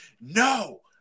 no